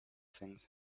things